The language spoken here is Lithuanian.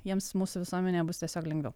jiems mūsų visuomenėj bus tiesiog lengviau